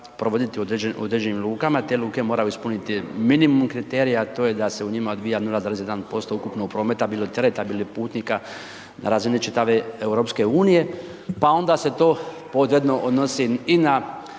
u određenim lukama, te luke moraju ispuniti minimum kriterija, a to je da se u njima odvija 0,1% ukupnog prometa, bilo …/Govornik se ne razumije./… bilo putnike na razini čitave EU, pa onda se to podredno odnosi i na